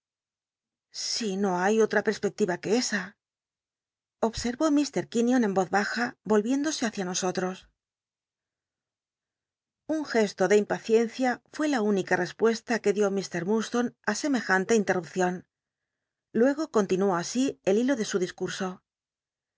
si no hay olm perspectiya que esa obsenó mt quinion en oz baja y o liéndose hácia nosotros un gesto de impaciencia fué la única respuesta que dió ik ifurdslone á semejante intcrrupcion luego continuó así el hilo de su